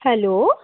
hello